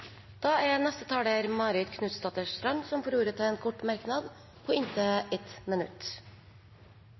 Marit Knutsdatter Strand har hatt ordet to ganger tidligere og får ordet til en kort merknad, begrenset til 1 minutt.